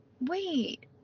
wait